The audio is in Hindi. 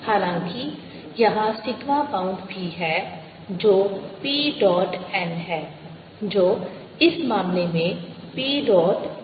हालांकि यहां सिग्मा बाउंड भी है जो P डॉट n है जो इस मामले में P डॉट एकांक सदिश r है